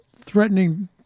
threatening